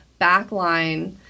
backline